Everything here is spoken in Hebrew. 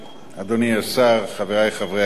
אדוני השר, חברי חברי הכנסת,